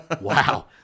wow